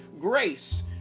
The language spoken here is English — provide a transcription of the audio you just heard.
grace